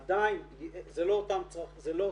עדיין זה לא אותם צרכים,